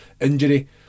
Injury